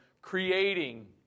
Creating